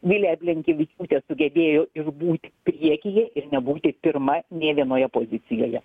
vilija blinkevičiūtė sugebėjo išbūt priekyje ir nebūti pirma nė vienoje pozicijoje